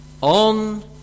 On